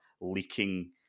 leaking